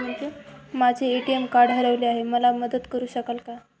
माझे ATM card हरवले आहे, मला मदत करु शकाल का?